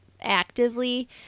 actively